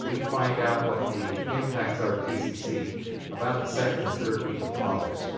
we find out what the impacts are to pcc about the second or third week of august